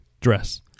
dress